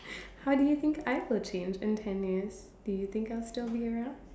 how do you think I will change in ten years do you think I'll still be around